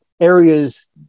areas